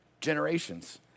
generations